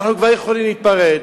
אנחנו כבר יכולים להיפרד,